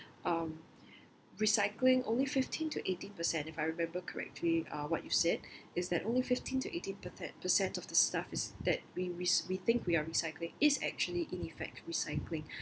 um recycling only fifteen to eighteen percent if I remember correctly uh what you said is that only fifteen to eighteen percen~ percent of the stuff is that we re~ we think we are recycling is actually in fact recycling